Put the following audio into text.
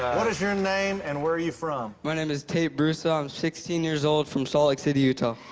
what is your name, and where are you from? my name is tate brusa. i'm sixteen years old from salt lake city, utah.